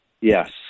Yes